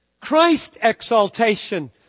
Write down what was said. Christ-exaltation